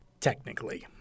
Technically